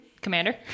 Commander